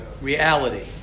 reality